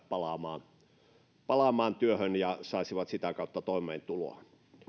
palaamaan palaamaan työhön ja saisivat sitä kautta toimeentuloa